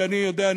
כי אני יודע,